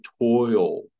toil